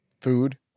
food